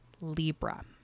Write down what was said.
Libra